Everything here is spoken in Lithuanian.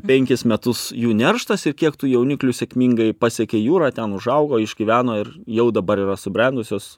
penkis metus jų nerštas ir kiek tų jauniklių sėkmingai pasiekė jūrą ten užaugo išgyveno ir jau dabar yra subrendusios